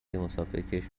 مسافرکش